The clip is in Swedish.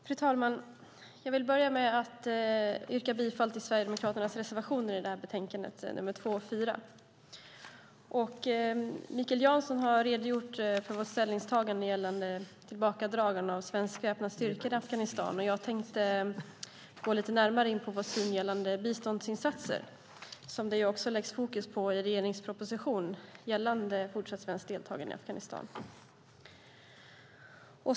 Fru talman! Jag vill börja med att yrka bifall till Sverigedemokraternas reservationer nr 2 och 4 i betänkandet. Mikael Jansson har redogjort för vårt ställningstagande gällande tillbakadragande av svensk väpnad styrka i Afghanistan. Jag tänkte gå närmare in på biståndsinsatser som det också läggs fokus på i regeringens proposition gällande fortsatt svenskt deltagande i Afghanistan.